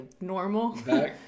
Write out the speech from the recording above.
normal